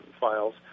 files